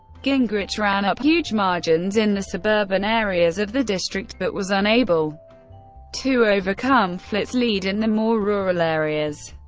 gingrich ran up huge margins in the suburban areas of the district, but was unable to overcome flynt's lead in the more rural areas.